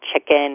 chicken